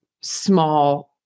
small